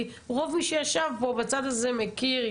רוב מי שישב פה בצד הזה מכיר,